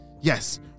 Yes